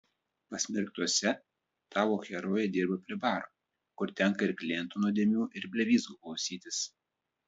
pasmerktuose tavo herojė dirba prie baro kur tenka ir klientų nuodėmių ir blevyzgų klausytis